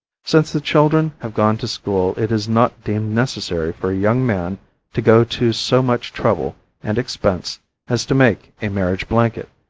since the children have gone to school it is not deemed necessary for a young man to go to so much trouble and expense as to make a marriage blanket,